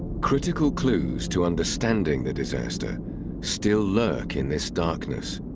critical clues to understanding the disaster still lurk in this darkness.